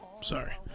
sorry